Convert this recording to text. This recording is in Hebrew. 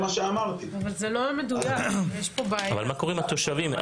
מה קורה עם התושבים?